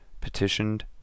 petitioned